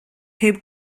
heb